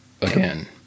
again